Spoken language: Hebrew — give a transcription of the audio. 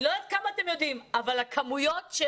אני לא יודעת כמה אתם יודעים, אבל המספרים של